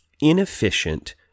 inefficient